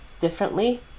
differently